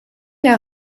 naar